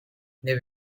new